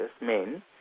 men